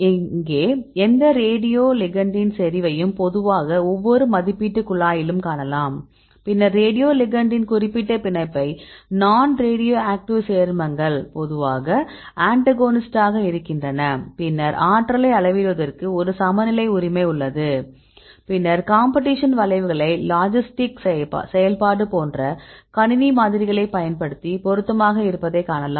இங்கே எந்த ரேடியோ லிகண்டின் செறிவையும் பொதுவாக ஒவ்வொரு மதிப்பீட்டு குழாயிலும் காணலாம் பின்னர் ரேடியோ லிகண்டின் குறிப்பிட்ட பிணைப்பை நான் ரேடியோஆக்டிவ் சேர்மங்கள் பொதுவாக அன்டகோனிஸ்ட்டாக இருக்கின்றன பின்னர் ஆற்றலை அளவிடுவதற்கு ஒரு சமநிலை உரிமை உள்ளது பின்னர் காம்பெட்டிஷன் வளைவுகளை லாஜிஸ்டிக் செயல்பாடு போன்ற கணினி மாதிரிகளைப் பயன்படுத்தி பொருத்தமாக இருப்பதைக் காணலாம்